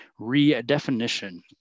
redefinition